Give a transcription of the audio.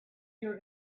your